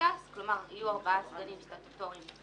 שבנוסף לארבעה סגני יושב-ראש ועדת הבחירות המרכזית הסטטוטוריים,